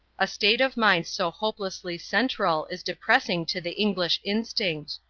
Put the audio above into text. a state of mind so hopelessly central is depressing to the english instinct.